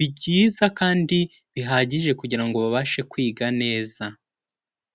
byiza kandi bihagije kugira ngo babashe kwiga neza.